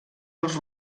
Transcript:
dels